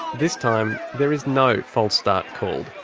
this time, there is no false start called.